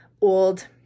old